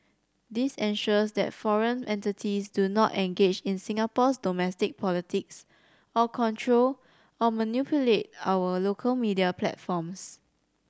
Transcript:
this ensures that foreign entities do not engage in Singapore's domestic politics or control or manipulate our local media platforms